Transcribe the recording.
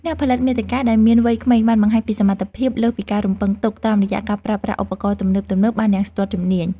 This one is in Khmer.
អ្នកផលិតមាតិកាដែលមានវ័យក្មេងបានបង្ហាញពីសមត្ថភាពលើសពីការរំពឹងទុកតាមរយៈការប្រើប្រាស់ឧបករណ៍ទំនើបៗបានយ៉ាងស្ទាត់ជំនាញ។